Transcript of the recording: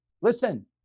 listen